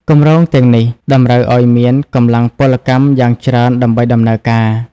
គម្រោងទាំងនេះតម្រូវឱ្យមានកម្លាំងពលកម្មយ៉ាងច្រើនដើម្បីដំណើរការ។